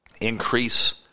increase